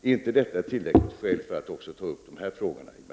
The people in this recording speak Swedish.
Är inte det ett tillräckligt skäl för att också ta upp de här frågorna?